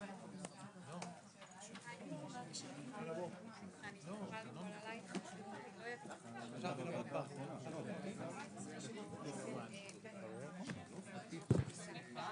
14:14.